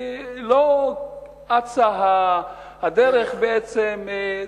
ולא אצה הדרך בעצם.